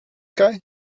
guy